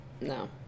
No